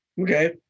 Okay